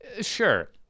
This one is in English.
sure